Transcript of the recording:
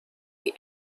the